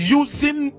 using